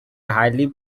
highly